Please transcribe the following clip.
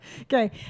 Okay